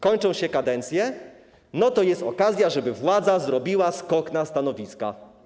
Kończą się kadencje, no to jest okazja, żeby władza zrobiła skok na stanowiska.